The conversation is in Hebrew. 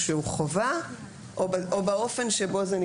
וגם בעניין התקציבי,